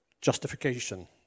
Justification